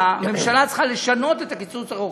הממשלה צריכה לשנות את הקיצוץ הרוחבי.